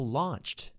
launched